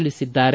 ತಿಳಿಸಿದ್ದಾರೆ